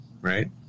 right